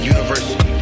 University